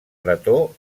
pretor